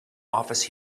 office